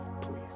please